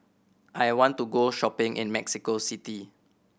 I want to go shopping in Mexico City